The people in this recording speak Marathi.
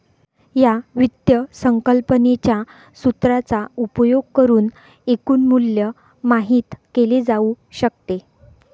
या वित्त संकल्पनेच्या सूत्राचा उपयोग करुन एकूण मूल्य माहित केले जाऊ शकते